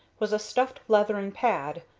was a stuffed leathern pad,